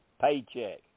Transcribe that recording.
paycheck